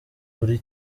buri